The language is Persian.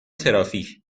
ترافیک